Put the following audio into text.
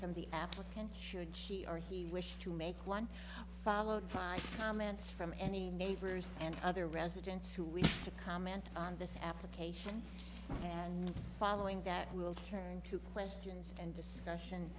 the applicant should she or he wish to make one followed by comments from any neighbors and other residents who wish to comment on this application and following that will turn to questions and discussion